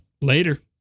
Later